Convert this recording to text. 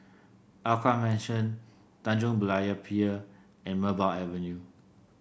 Alkaff Mansion Tanjong Berlayer Pier and Merbau Avenue